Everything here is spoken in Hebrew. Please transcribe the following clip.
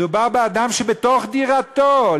מדובר באדם שבתוך דירתו,